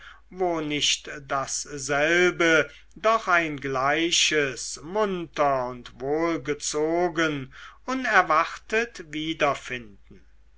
wo nicht dasselbe doch ein gleiches munter und wohlgezogen unerwartet